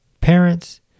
parents